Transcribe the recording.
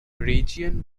region